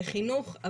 בחינוך,